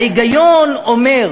ההיגיון אומר,